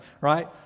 right